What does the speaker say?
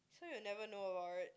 so you'll never know about it